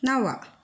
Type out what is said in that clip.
नव